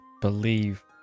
believe